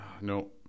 No